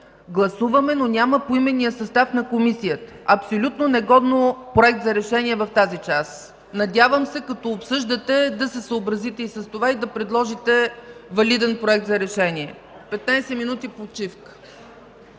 направим, но няма поименния състав на Комисията. Абсолютно негоден Проект за решение в тази част. Надявам се, като го обсъждате, да се съобразите и с това и да предложите валиден Проект за решение. Петнадесет минути почивка.